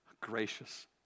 gracious